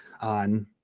on